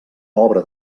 obra